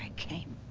came.